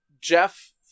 Jeff